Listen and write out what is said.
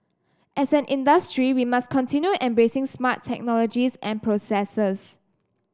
as an industry we must continue embracing smart technologies and processes